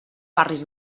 barris